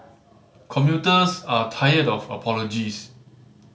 commuters are tired of apologies